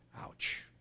Ouch